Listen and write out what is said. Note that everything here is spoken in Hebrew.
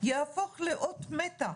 יהפוך לאות מתה,